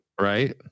right